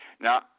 now